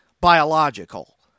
biological